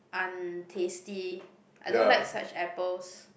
untasty I don't like such apples